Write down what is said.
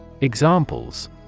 Examples